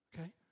Okay